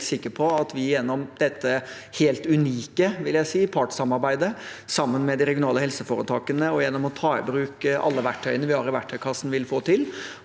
jeg er helt sikker på at vi gjennom dette helt unike, vil jeg si, partssamarbeidet, sammen med de regionale helseforetakene og gjennom å ta i bruk alle verktøyene vi har i verktøykassen, vil få det